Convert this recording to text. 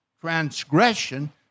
transgression